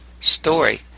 story